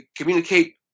communicate